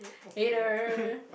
hater